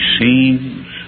seems